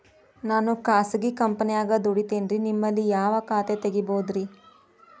ನಾನು ಖಾಸಗಿ ಕಂಪನ್ಯಾಗ ದುಡಿತೇನ್ರಿ, ನಿಮ್ಮಲ್ಲಿ ಯಾವ ಖಾತೆ ತೆಗಿಬಹುದ್ರಿ?